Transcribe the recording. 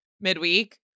midweek